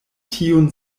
tiun